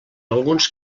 alguns